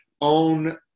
own